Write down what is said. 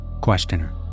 Questioner